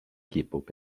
kipub